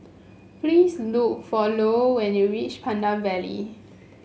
please look for Lou when you reach Pandan Valley